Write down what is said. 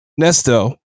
Nesto